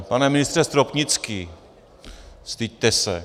Pane ministře Stropnický, styďte se.